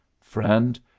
friend